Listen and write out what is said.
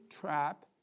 trap